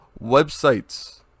websites